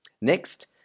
Next